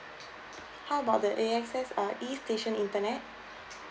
how about the A_X_S uh E station internet